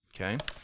Okay